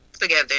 together